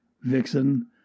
Vixen